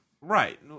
Right